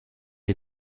est